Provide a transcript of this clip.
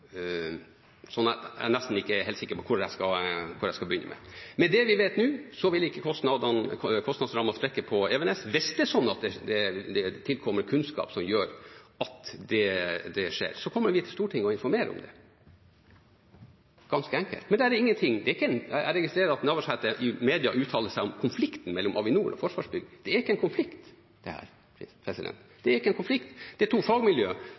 jeg er ikke helt sikker på hva jeg skal begynne med. Med det vi vet nå, vil ikke kostnadsrammen sprekke på Evenes. Hvis det tilkommer kunnskap om at det skjer, kommer vi til Stortinget og informerer om det – ganske enkelt. Men der er ingenting. Jeg registrerer at Navarsete i media uttaler seg om konflikten mellom Avinor og Forsvarsbygg. Dette er ikke en konflikt. Det er to fagmiljøer som gjør det